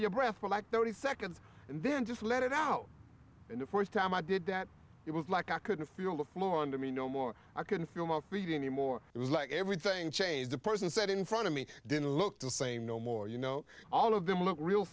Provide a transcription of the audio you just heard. your breath for like thirty seconds and then just let it out and the first time i did that it was like i couldn't move on to me no more i couldn't feel my feet anymore it was like everything changed the person set in front of me didn't look the same no more you know all of them look real